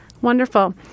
Wonderful